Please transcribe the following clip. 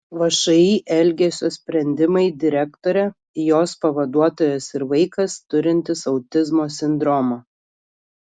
všį elgesio sprendimai direktorė jos pavaduotojas ir vaikas turintis autizmo sindromą